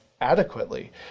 adequately